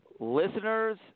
Listeners